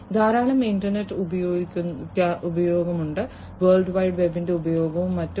ധാരാളം ഇന്റർനെറ്റ് ഉപയോഗമുണ്ട് world wide വെബിന്റെ ഉപയോഗവും മറ്റും